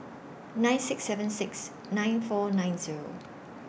nine six seven six nine four nine Zero